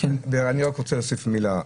אני רק רוצה להוסיף מילה.